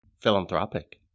philanthropic